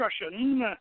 discussion